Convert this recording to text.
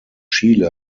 chile